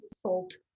salt